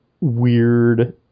weird